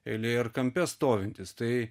eilėj ar kampe stovintis tai